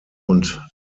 und